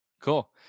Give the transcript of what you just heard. Cool